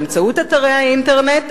באמצעות אתרי האינטרנט,